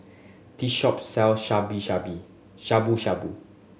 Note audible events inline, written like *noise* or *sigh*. this shop sells *unintelligible* Shabu Shabu